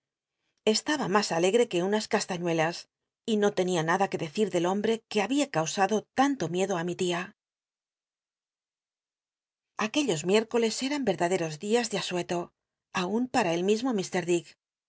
estaba mas alegre que unas castañuelas y no tenia nada que deci del hombre que babia causado tanto mit do mi tia aquellos miércoles eran verdaderos dias de asueto aun pam el mismo